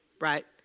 right